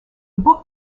book